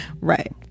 Right